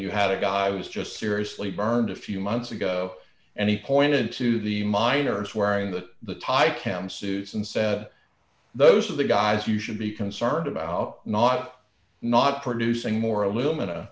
you had a guy i was just seriously burned a few months ago and he pointed to the miners wearing the the tie cam susan said those are the guys you should be concerned about not not producing more alumin